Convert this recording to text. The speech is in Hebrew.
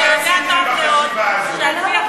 אתה יודע טוב מאוד שעל-פי החוק היום,